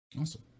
Awesome